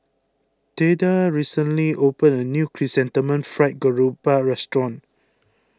theda recently opened a new Chrysanthemum Fried Garoupa restaurant